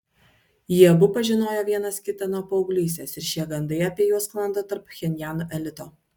jie abu pažinojo vienas kitą nuo paauglystės ir šie gandai apie juos sklando tarp pchenjano elito